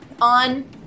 On